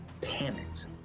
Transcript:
panicked